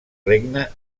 regne